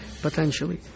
Potentially